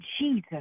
Jesus